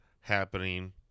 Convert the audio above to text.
happening